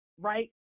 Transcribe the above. right